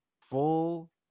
full